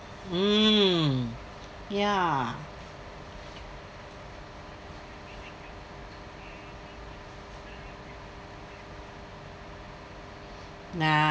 mm ya nah